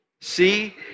See